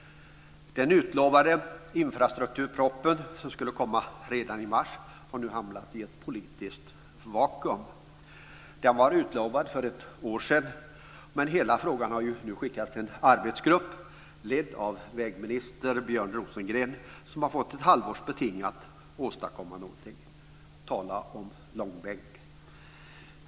Den utlovade infrastrukturpropositionen, som skulle kommit redan i mars, har nu hamnat i ett politiskt vakuum. Den var utlovad för ett år sedan, men hela frågan har skickats till en arbetsgrupp, ledd av vägminister Björn Rosengren, som har fått ett halvårs beting att åstadkomma någonting. Tala om långbänk!